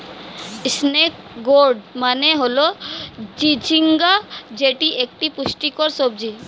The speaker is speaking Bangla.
স্নেক গোর্ড মানে হল চিচিঙ্গা যেটি একটি পুষ্টিকর সবজি